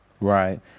Right